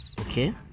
okay